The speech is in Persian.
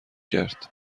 کرد